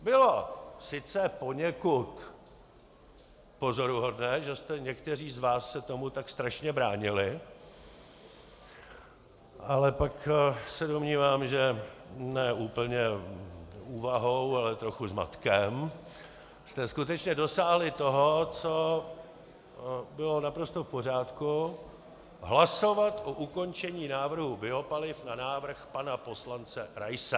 Bylo sice poněkud pozoruhodné, že někteří z vás jste se tomu tak strašně bránili, ale pak se domnívám, že ne úplně úvahou, ale trochu zmatkem jste skutečně dosáhli toho, co bylo naprosto v pořádku, hlasovat o ukončení návrhu biopaliv na návrh pana poslance Raise.